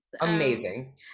amazing